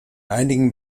einigen